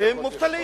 הם מובטלים.